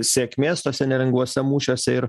sėkmės tuose nelengvuose mūšiuose ir